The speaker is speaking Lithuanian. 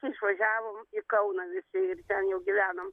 išvažiavom į kauną visi ir ten jau gyvenom